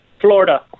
Florida